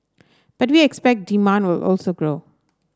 but we expect demand will also grow